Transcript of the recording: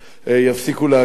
יפסיקו להגיע.